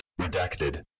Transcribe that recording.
Redacted